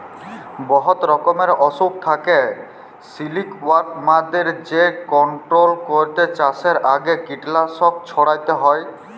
বহুত রকমের অসুখ থ্যাকে সিলিকওয়ার্মদের যেট কলট্রল ক্যইরতে চাষের আগে কীটলাসক ছইড়াতে হ্যয়